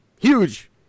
Huge